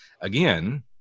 again